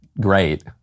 great